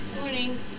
Morning